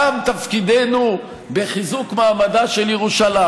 תם תפקידנו בחיזוק מעמדה של ירושלים.